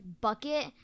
bucket